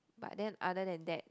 but then other than that